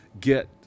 get